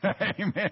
Amen